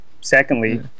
Secondly